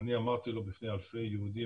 אני אמרתי לו בפני אלפי יהודים,